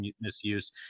misuse